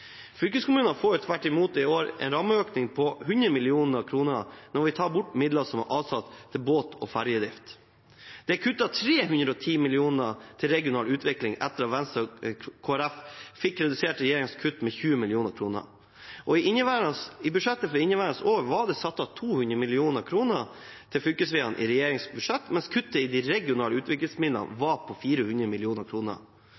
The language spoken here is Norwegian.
Fylkeskommunene får tvert imot en rammeøkning i år på 100 mill. kr når vi tar bort midlene som er avsatt til båt- og ferjedrift. Det er kuttet 310 mill. kr til regional utvikling, etter at Venstre og Kristelig Folkeparti fikk redusert regjeringens kutt med 20 mill. kr. I budsjettet for inneværende år var det satt av 200 mill. kr til fylkesveiene i regjeringens budsjett, mens kuttet i de regionale utviklingsmidlene